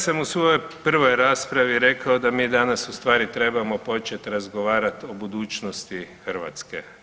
sam u svojoj prvoj raspravi rekao da mi danas ustvari trebamo početi razgovarat o budućnosti Hrvatske.